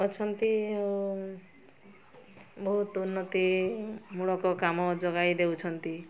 ଅଛନ୍ତି ଆଉ ବହୁତ ଉନ୍ନତିମୂଳକ କାମ ଯୋଗାଇ ଦେଉଛନ୍ତି